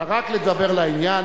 אלא רק לדבר לעניין.